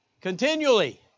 continually